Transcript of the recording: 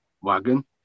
wagon